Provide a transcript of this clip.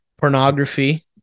Pornography